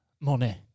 money